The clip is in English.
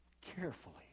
carefully